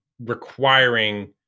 requiring